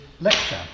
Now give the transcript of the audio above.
lecture